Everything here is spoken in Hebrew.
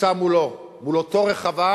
יצא מולו, מול אותו רחבעם,